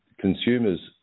consumers